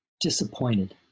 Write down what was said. disappointed